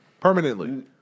permanently